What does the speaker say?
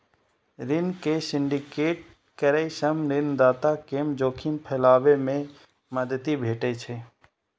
ऋण के सिंडिकेट करै सं ऋणदाता कें जोखिम फैलाबै मे मदति भेटै छै